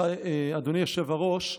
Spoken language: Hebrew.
אדוני היושב-ראש,